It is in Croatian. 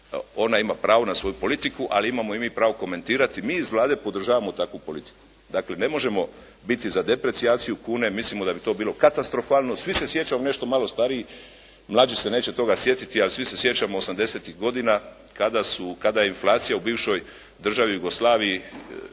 ona ima pravo na svoju politiku, ali imamo i mi pravo komentirati. Mi iz Vlade podržavamo takvu politiku. Dakle, ne možemo biti za deprecijaciju kune, mislimo da bi to bilo katastrofalno, svi se sjećamo nešto malo stariji, mlađi se neće toga sjetiti, ali svi se sjećamo osamdesetih godina kada je inflacija u bivšoj državi Jugoslaviji